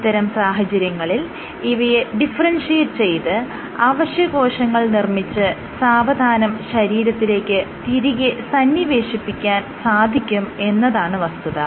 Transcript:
ഇത്തരം സാഹചര്യങ്ങളിൽ ഇവയെ ഡിഫറെൻഷിയേറ്റ് ചെയ്ത് അവശ്യകോശങ്ങൾ നിർമ്മിച്ച് സാവധാനം ശരീരത്തിലേക്ക് തിരികെ സന്നിവേശിപ്പിക്കാൻ സാധിക്കും എന്നതാണ് വസ്തുത